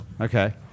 Okay